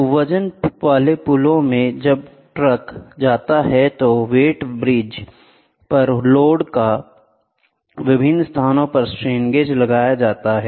तो वजन वाले पुलों में जब ट्रक जाता है तो वेटब्रिज पर लोड पर विभिन्न स्थानों पर स्ट्रेन गेज लगाए जाते हैं